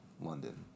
London